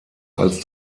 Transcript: als